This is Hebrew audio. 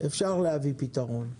אפשר להביא פתרון,